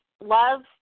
love